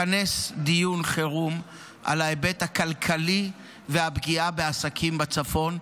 כנס דיון חירום על ההיבט הכלכלי והפגיעה בעסקים בצפון,